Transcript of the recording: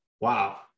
wow